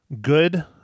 good